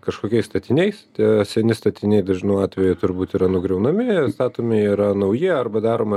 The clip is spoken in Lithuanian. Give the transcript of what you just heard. kažkokiais statiniais tie seni statiniai dažnu atveju turbūt yra nugriaunami statomi yra nauji arba daroma